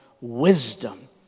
wisdom